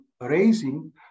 raising